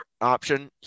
option